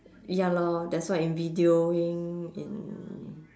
ya lor that's why in videoing in